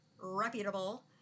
reputable